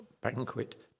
banquet